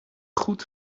goed